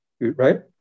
right